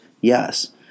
Yes